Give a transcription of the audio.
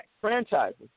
Franchises